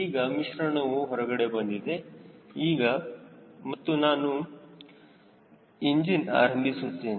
ಈಗ ಮಿಶ್ರಣವು ಹೊರಗಡೆ ಬಂದಿದೆ ಮತ್ತು ನಾನು ಈಗ ಇಂಜಿನ್ ಆರಂಭಿಸುತ್ತೇನೆ